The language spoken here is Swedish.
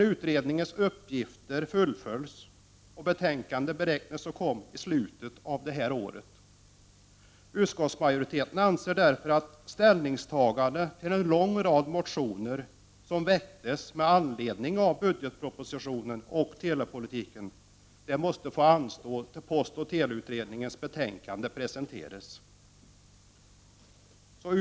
Utredningens uppgifter fullföljs dock nu och ett betänkande förväntas komma i slutet av innevarande år. Utskottets majoritet anser därför att ställningstagande till en lång rad motioner, väckta med anledning av budgetpropositionen och telepolitiken, måste anstå till postoch teleutredningens betänkande presenteras. Herr talman!